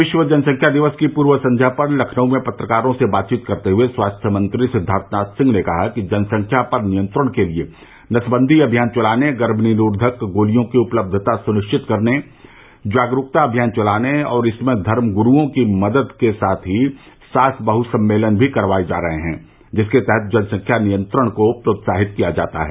विश्व जनसंख्या दिवस की पूर्व संध्या पर लखनऊ में पत्रकारों से बातचीत करते हुए स्वास्थ्य मंत्री सिद्वार्थ नाथ सिंह ने कहा कि जनसंख्या पर नियंत्रण के लिए नसबंदी अभियान चलाने गर्भ निरोधक गोलियों की उपलब्यता सुनिश्चित करने जागरुकता अभियान चलाने और इसमें धर्मगुरुओं की मदद लेने के साथ ही सास बहू सम्मेलन भी करवाये जा रहे हैं जिसके तहत जनसंख्या नियंत्रण को प्रोत्साहित किया जाता है